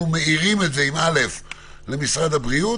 אנחנו מאירים את זה למשרד הבריאות.